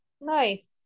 Nice